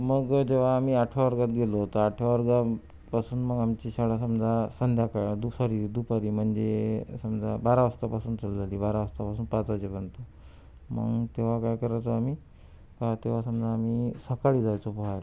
मग जेव्हा आम्ही आठव्या वर्गात गेलो तर आठव्या वर्गापासून मग आमची शाळा समजा संध्याकाळ दुपारी दुपारी म्हणजे समजा बारा वाजतापासून चालू झाली बारा वाजतापासून पाच वाजेपर्यंत मग तेव्हा काय करायचो आम्ही का तेव्हा समजा आम्ही सकाळी जायचो पोहायला